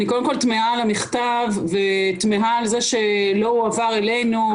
אני קודם כל תמהה על המכתב ותמהה על זה שלא הועבר אלינו,